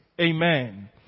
Amen